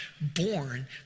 born